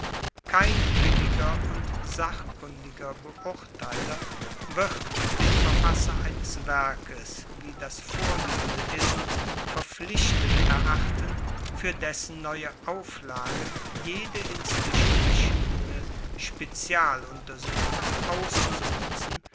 kein billiger und sachkundiger beurteiler wird den verfasser eines werkes wie das vorliegende ist verpflichtet erachten fuer dessen neue auflagen jede inzwischen erschienene spezialuntersuchung auszunutzen